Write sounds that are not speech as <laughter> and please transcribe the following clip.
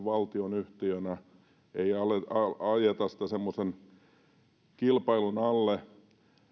<unintelligible> valtionyhtiönä eikä ajeta sitä semmoisen kilpailun alle